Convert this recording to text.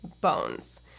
bones